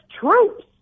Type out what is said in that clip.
troops